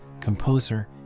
composer